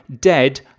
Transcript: dead